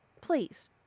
Please